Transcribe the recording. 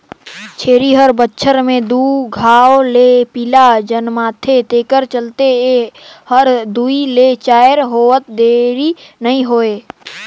छेरी हर बच्छर में दू घांव ले पिला जनमाथे तेखर चलते ए हर दूइ ले चायर होवत देरी नइ होय